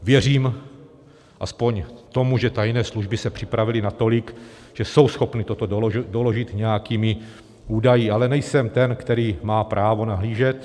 Věřím aspoň tomu, že tajné služby se připravily natolik, že jsou schopny toto doložit nějakými údaji, ale nejsem ten, který má právo nahlížet.